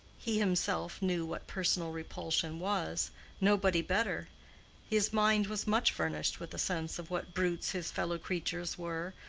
he himself knew what personal repulsion was nobody better his mind was much furnished with a sense of what brutes his fellow-creatures were,